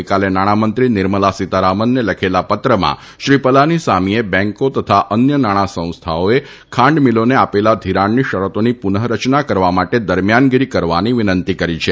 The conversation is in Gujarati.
ગઇકાલે નાણામંત્રી નિર્મલા સીતારામનને લખેલા પત્રમાં શ્રી પલાનીસામીએ બેંકો તથા અન્ય નાણા સંસ્થાઓએ ખાંડ મીલોને આપેલા ઘિરાણની શરતોની પુનઃરચના કરવા માટે દરમિયાનગીરી કરવાની વિનંતી કરી છે